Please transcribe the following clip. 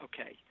okay